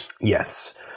Yes